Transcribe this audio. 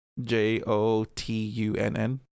J-O-T-U-N-N